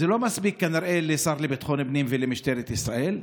זה לא מספיק כנראה לשר לביטחון הפנים ולמשטרת ישראל,